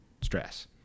stress